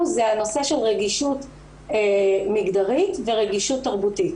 זה הנושא של רגישות מגדרית ורגישות תרבותית.